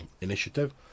initiative